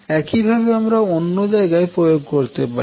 একইভাবে আমরা অন্য জায়গায় প্রয়োগ করতে পারি